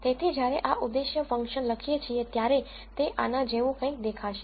તેથી જ્યારે આ ઉદ્દેશ્ય ફંક્શન લખીએ છીએ ત્યારેતે આના જેવું કંઈક દેખાશે